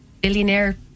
billionaire